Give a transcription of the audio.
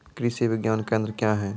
कृषि विज्ञान केंद्र क्या हैं?